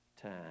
time